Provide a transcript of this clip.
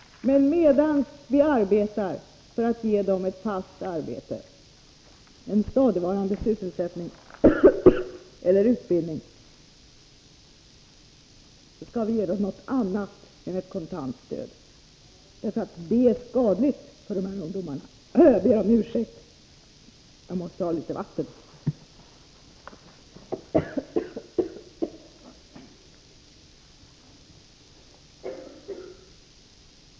Men medan vi arbetar för att ge dem ett fast arbete, en stadigvarande sysselsättning eller utbildning skall vi ge dem något annat än ett kontantstöd, för det är skadligt för de här ungdomarna.